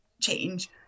change